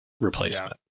replacement